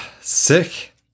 Sick